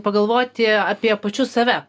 pagalvoti apie pačius save